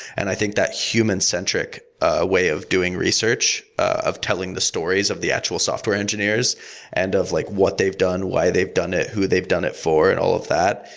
and i think that human centric ah way of doing research, of telling the stories of the actual software engineers and of like what they've done, why they've done it, who they've done it for, and all of that,